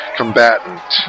combatant